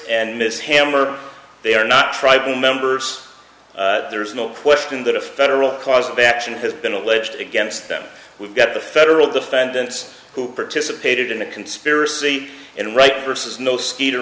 and miss hammer they are not tribal members there's no question that a federal cause of action has been alleged against them we've got the federal defendants who participated in a conspiracy and right versus no skeeter